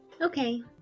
okay